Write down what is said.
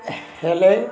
ହେଲେ